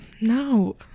No